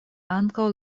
ankaŭ